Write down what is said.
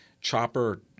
Chopper